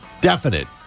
definite